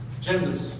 genders